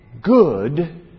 good